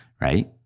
Right